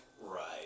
Right